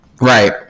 Right